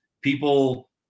people